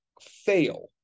fail